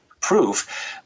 proof